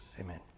Amen